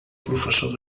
professor